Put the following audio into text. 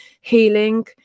healing